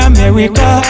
America